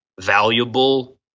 valuable